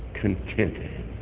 contented